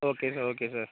okay sir okay sir